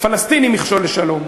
הפלסטינים מכשול לשלום,